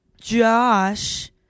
Josh